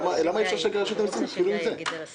למה אי אפשר שאנשי רשות המסים יגידו את זה?